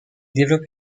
développe